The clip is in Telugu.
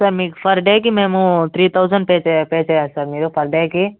సార్ మీకు ఫర్ డేకి మేము త్రీ థౌజండ్ పే చే పే చేయాలి సార్ మీరు పర్ డేకి